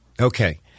Okay